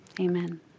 amen